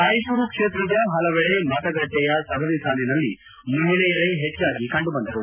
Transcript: ರಾಯಚೂರು ಕ್ಷೇತ್ರದ ಪಲವೆಡೆ ಮತಗಟ್ಟೆಯ ಸರದಿ ಸಾಲಿನಲ್ಲಿ ಮಹಿಳೆಯರೇ ಪೆಜ್ಜಾಗಿ ಕಂಡುಬಂದರು